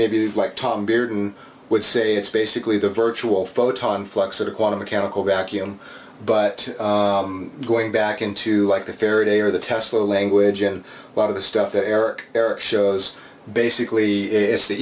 maybe like tom bearden would say it's basically the virtual photon flux at a quantum mechanical vacuum but going back into like a fair day or the test of the language and a lot of the stuff that eric eric shows basically it's the